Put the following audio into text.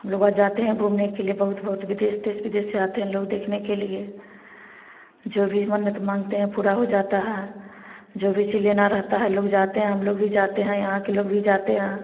लोग वहाँ जाते हैं घूमने के लिए बहुत बहुत विदेश देश विदेश से लोग आते हैं देखने के लिए जो भी मन्नत माँगते हैं पूरा हो जाता है जो भी चीज लेना रहता है लोग जाते हैं हम लोग भी जाते हैं यहाँ के लोग भी जाते हैं